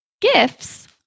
gifts